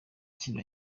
kino